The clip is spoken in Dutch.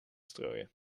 strooien